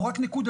לא רק נקודתי,